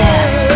Yes